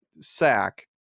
sack